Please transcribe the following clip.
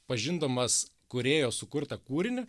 pažindamas kūrėjo sukurtą kūrinį